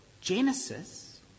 Genesis